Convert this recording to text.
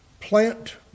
plant